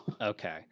Okay